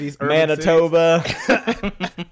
Manitoba